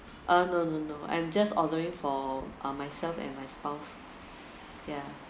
uh no no no I'm just ordering for uh myself and my spouse yeah